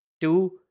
Two